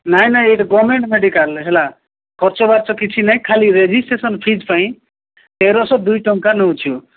ନାଇଁ ନାଇଁ ଏଇଟା ଗମେଣ୍ଟ ମେଡିକାଲ ହେଲା ଖର୍ଚ୍ଚ ବାଚ କିଛି ନାହିଁ ଖାଲି ରେଜିଷ୍ଟ୍ରେସନ ଫିସ୍ ପାଇଁ ତେରଶହ ଦୁଇ ଟଙ୍କା ନେଉଛୁ